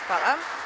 Hvala.